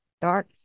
dark